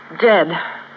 dead